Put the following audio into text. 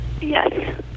Yes